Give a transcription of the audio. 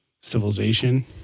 civilization